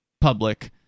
public